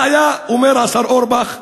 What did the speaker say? מה היה אומר השר אורבך?